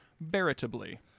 Veritably